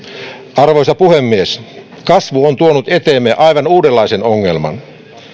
arvoisa puhemies kasvu on tuonut eteemme aivan uudenlaisen ongelman